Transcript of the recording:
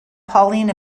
pauline